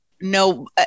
no